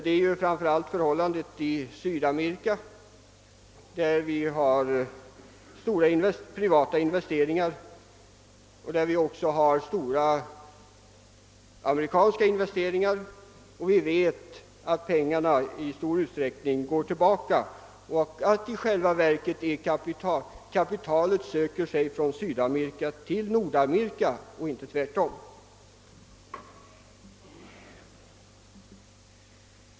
Det är framför allt i Sydamerika vi har stora privata investeringar, och där finns det också stora amerikanska investeringar. Vi vet att pengarna i stor utsträckning går tillbaka och att kapitalet — för USA:s del — i själva verket söker sig från Sydamerika till Nordamerika och inte tvärtom.